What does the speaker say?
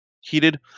heated